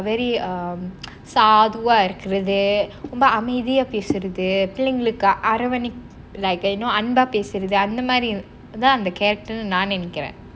very um சாதுவா இருக்குறது ரொம்ப அமைதியா பேசுறது பிள்ளைகளுக்கு அரவணைப்பு:saathuva irukkurathu romba amaithiya pesurathu pillaikalukku aravanaippu like you know அன்பா பேசுறது அந்த மாதிரி தான் அந்த:anba pesurathu antha maathiri thaan antha character னு தான் நான் நினைக்கிறேன்:nu thaan naan ninaikiraen